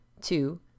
two